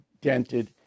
dented